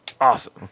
awesome